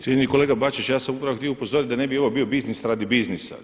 Cijenjeni kolega Bačić, ja sam upravo htio upozoriti da ne bi ovo bio biznis radi biznisa.